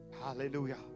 Hallelujah